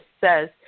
says